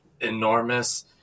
enormous